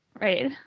Right